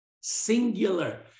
singular